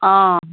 অঁ